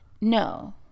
No